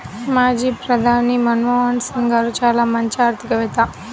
మాజీ ప్రధాని మన్మోహన్ సింగ్ గారు చాలా మంచి ఆర్థికవేత్త